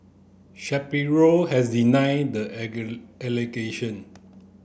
Shapiro has denied the allegation